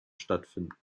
stattfinden